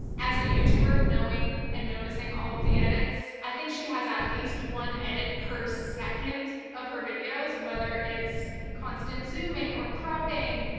as a youtuber, knowing, and noticing all of the edits, i think she has at least one edit per second of her videos, whether it's constant zooming or cropping,